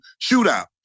shootout